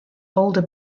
older